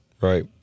right